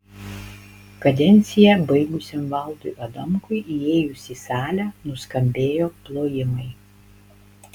kadenciją baigusiam valdui adamkui įėjus į salę nuskambėjo plojimai